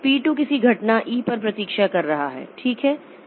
इसलिए p 2 किसी घटना e पर प्रतीक्षा कर रहा है ठीक है